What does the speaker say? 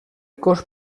cos